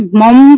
mom